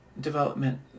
development